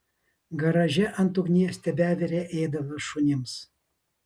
garaže ant ugnies tebevirė ėdalas šunims